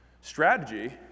Strategy